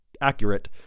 accurate